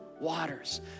waters